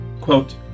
quote